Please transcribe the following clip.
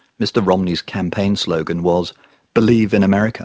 mr romney's campaign slogan was believe in america